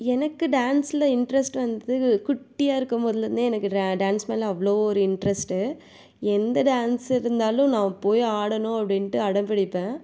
எனக்கு டான்ஸில் இன்ட்ரஸ்ட் வந்தது குட்டியாக இருக்கும்போதுலந்தே எனக்கு டான்ஸ் மேலே அவ்வளோ ஒரு இன்ட்ரஸ்ட்டு எந்த டான்ஸ் இருந்தாலும் நான் போய் ஆடணும் அப்படின்ட்டு அடம் பிடிப்பேன்